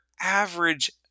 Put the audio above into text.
average